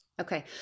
Okay